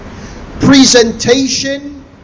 presentation